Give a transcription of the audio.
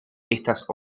estas